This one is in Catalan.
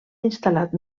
instal·lat